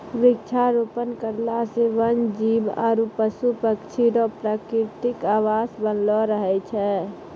वृक्षारोपण करला से वन जीब आरु पशु पक्षी रो प्रकृतिक आवास बनलो रहै छै